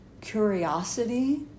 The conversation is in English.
curiosity